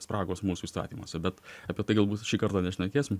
spragos mūsų įstatymuose bet apie tai galbūt šį kartą nešnekėsim